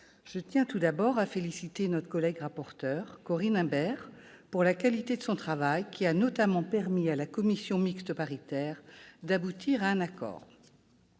Je tiens, tout d'abord, à féliciter ma collègue rapporteur, Corinne Imbert, pour la qualité de son travail qui a notamment permis à la commission mixte paritaire d'aboutir à un accord.